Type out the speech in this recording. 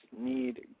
need